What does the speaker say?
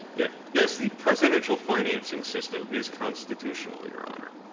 yeah yes, the presidential financing system is constitutional, your honor.